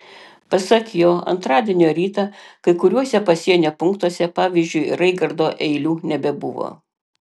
pasak jo antradienio rytą kai kuriuose pasienio punktuose pavyzdžiui raigardo eilių nebebuvo